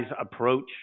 approach